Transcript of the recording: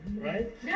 right